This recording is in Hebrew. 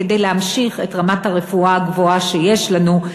כדי להמשיך להיות ברמת הרפואה הגבוהה שיש לנו,